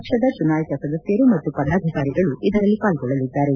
ಪಕ್ಷದ ಚುನಾಯಿತ ಸದಸ್ಕರು ಮತ್ತು ಪದಾಧಿಕಾರಿಗಳು ಇದರಲ್ಲಿ ಪಾಲ್ಗೊಳ್ಳಲಿದ್ದಾರೆ